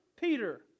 Peter